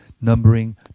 numbering